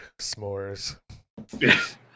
s'mores